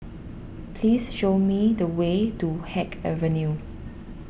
please show me the way to Haig Avenue